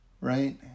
right